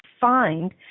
find